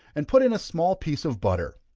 and put in a small piece of butter.